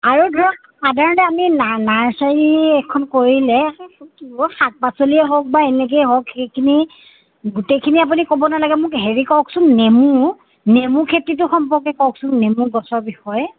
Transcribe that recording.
আৰু ধৰক সাধাৰণতে আমি নাৰ নাৰ্চাৰী এখন কৰিলে শাক পাচলিয়ে হওক বা এনেকৈ হওক সেইখিনি গোটেইখিনি আপুনি ক'ব নালাগে মোক হেৰি কৰকচোন নেমু নেমু খেতিটোৰ সম্পৰ্কে কওকচোন নেমু গছৰ বিষয়ে